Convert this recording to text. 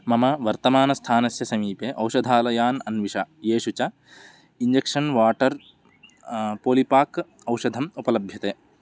मम वर्तमानस्थानस्य समीपे औषधालयान् अन्विष येषु च इञ्जेक्षन् वाटर् पोलिपाक् औषधम् उपलभ्यते